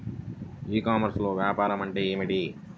ఈ కామర్స్లో వ్యాపారం అంటే ఏమిటి?